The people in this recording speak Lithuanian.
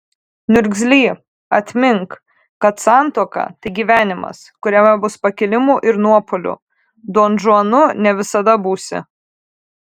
niurgzly atmink kad santuoka tai gyvenimas kuriame bus pakilimų ir nuopuolių donžuanu ne visada būsi